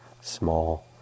small